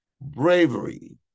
Bravery